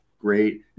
great